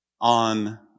on